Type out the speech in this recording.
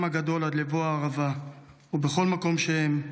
הגדול עד לבוא הערבה ובכל מקום שהם,